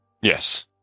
Yes